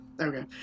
Okay